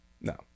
No